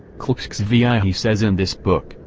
clxxvii ah he says in this book,